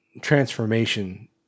transformation